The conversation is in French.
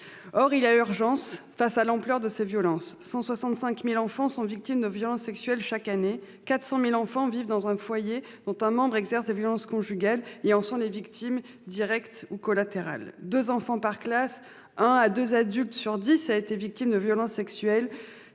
Or il y a urgence, compte tenu de l'ampleur du phénomène : 165 000 enfants sont victimes de violences sexuelles chaque année ; 400 000 enfants vivent dans un foyer dont un membre exerce des violences conjugales, et en sont les victimes directes ou collatérales ; 2 enfants par classe et 1 à 2 adultes sur 10 ont été victimes de violences sexuelles,